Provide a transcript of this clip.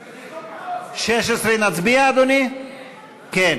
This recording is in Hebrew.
אני קובע, גם